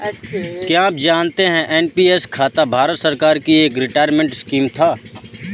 क्या आप जानते है एन.पी.एस खाता भारत सरकार की एक रिटायरमेंट स्कीम है?